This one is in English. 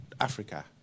Africa